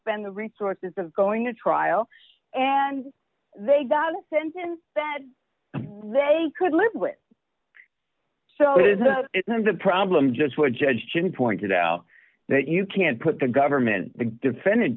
spend the resources of going to trial and they've got a sense in that they could live with so is the problem just for judge judy pointed out that you can't put the government the defendant